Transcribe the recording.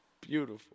beautiful